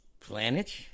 Planet